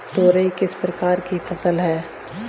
तोरई किस प्रकार की फसल है?